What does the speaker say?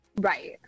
Right